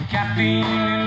Caffeine